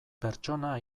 pertsona